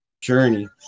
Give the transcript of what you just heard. journey